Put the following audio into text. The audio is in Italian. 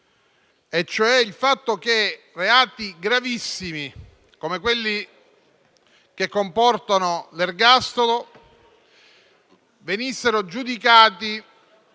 circostanza che reati gravissimi come quelli che comportano l'ergastolo venissero giudicati